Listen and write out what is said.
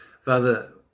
Father